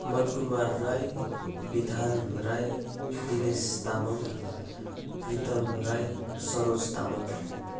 मन कुमार राई विधान राई दिनेश तामाङ प्रितम राई सरोज तामाङ